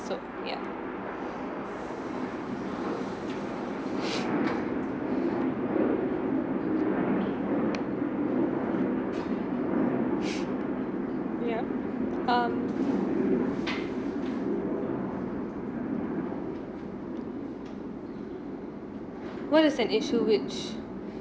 so ya um what is an issue which